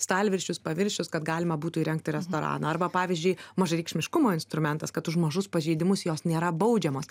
stalviršius paviršius kad galima būtų įrengti restoraną arba pavyzdžiui mažareikšmiškumo instrumentas kad už mažus pažeidimus jos nėra baudžiamos